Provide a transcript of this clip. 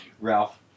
Ralph